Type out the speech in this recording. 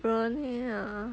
renee ah